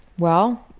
well.